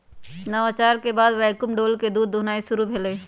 नवाचार के बाद वैक्यूम डोल से दूध दुहनाई शुरु भेलइ